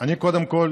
אני קודם כול